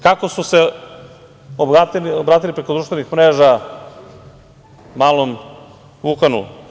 Kako su se obratili preko društvenih mreža malom Vukanu?